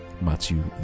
Matthew